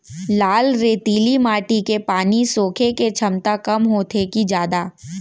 लाल रेतीली माटी के पानी सोखे के क्षमता कम होथे की जादा?